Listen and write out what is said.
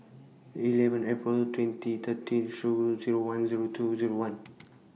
eleven April twenty thirty three Zero one Zero two Zero one